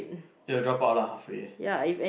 it will drop out lah halfway